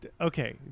okay